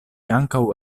ankaŭ